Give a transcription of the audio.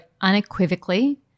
unequivocally